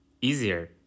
easier